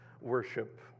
worship